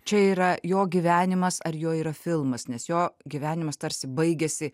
čia yra jo gyvenimas ar jo yra filmas nes jo gyvenimas tarsi baigiasi